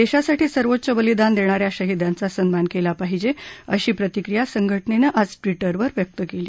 देशासाठी सर्वोच्च बलिदान देणा या शहिदांचा सन्मान झाला पाहिजे अशी प्रतिक्रिया संघटनेनं आज ट्विटरवर व्यक्त केली